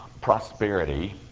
prosperity